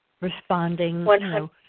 responding